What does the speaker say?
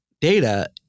data